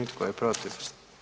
I tko je protiv?